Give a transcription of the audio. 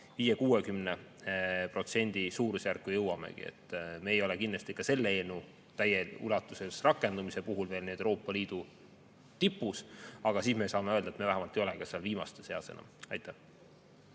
50–60% suurusjärku jõuamegi. Me ei oleks kindlasti selle eelnõu täies ulatuses rakendumise puhul veel Euroopa Liidu tipus, aga siis me saaksime öelda, et me vähemalt ei ole enam viimaste seas. Aitäh!